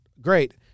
great